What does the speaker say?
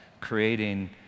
creating